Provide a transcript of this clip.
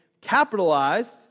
capitalized